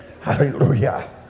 Hallelujah